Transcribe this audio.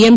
M